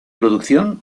producción